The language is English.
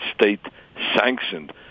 state-sanctioned